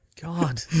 God